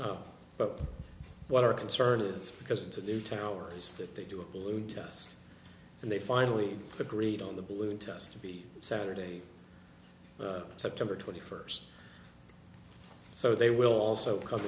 but what our concern is because it's a new territories that they do a balloon test and they finally agreed on the balloon test to be saturday september twenty first so they will also co